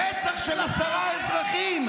חוגגים רצח של עשרה אזרחים,